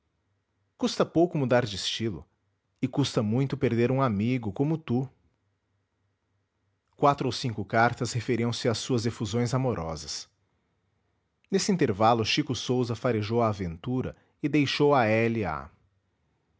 custa pouco mudar de estilo e custa muito perder um amigo como tu quatro ou cinco cartas referiam se às suas efusões amorosas nesse intervalo o chico sousa farejou a aventura e deixou a l a